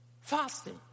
fasting